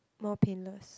more painless